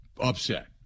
upset